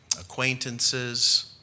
acquaintances